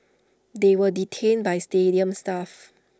they were detained by stadium staff